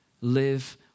live